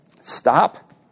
Stop